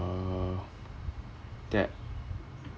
uh that